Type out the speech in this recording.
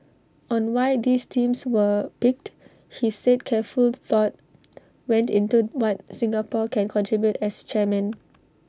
on why these themes were picked he said careful thought went into what Singapore can contribute as chairman